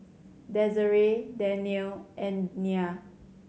Desiree Danielle and Nyah